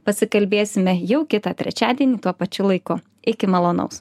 pasikalbėsime jau kitą trečiadienį tuo pačiu laiku iki malonaus